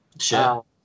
Sure